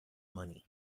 money